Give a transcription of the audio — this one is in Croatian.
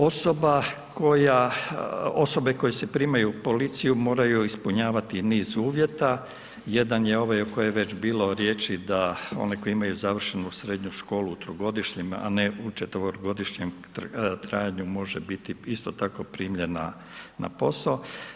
Osobe koje se primaju u policiju moraju ispunjavati niz uvjeta, jedan je ovaj o kojem je već bilo riječi da oni koji imaju završenu srednju školu u trogodišnjem, a ne u četverogodišnjem trajanju, može biti isto tako primljena na posao.